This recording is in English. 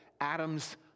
Adam's